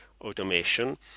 automation